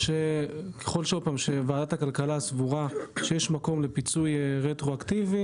ככל שוועדת הכלכלה סבורה שיש מקום לפיצוי רטרואקטיבי